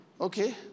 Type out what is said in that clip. okay